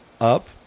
up